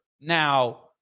Now